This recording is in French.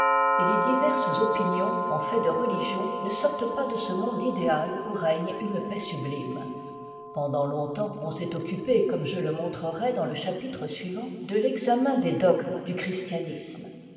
et les diverses opinions en fait de religion ne sortent pas de ce monde idéal où règn une paix sublime pendant longtemps on s'est occupé comme je le montrerai dans le chapitre suivant de l'examen des dogmes du christianisme